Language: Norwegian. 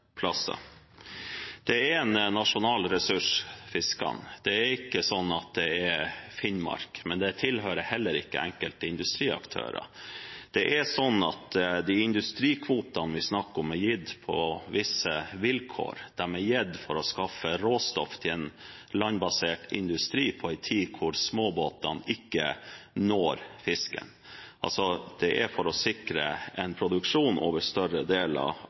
er en nasjonal ressurs. Det er ikke sånn at den tilhører Finnmark, men det tilhører heller ikke enkelte industriaktører. De industrikvotene vi snakker om, er gitt på visse vilkår, de er gitt for å skaffe råstoff til en landbasert industri på en tid hvor småbåtene ikke når fisken – altså for å sikre en produksjon over større deler av